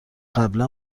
قبلا